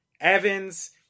Evans